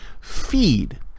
feed